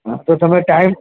તો તમે ટાઈમ